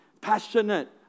passionate